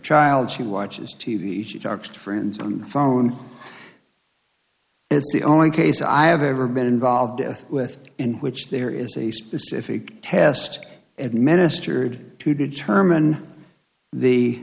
child she watches t v she talks to friends on the phone it's the only case i have ever been involved with in which there is a specific test administered to determine the